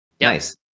Nice